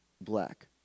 black